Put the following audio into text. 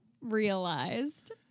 realized